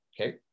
okay